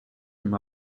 him